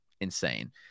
insane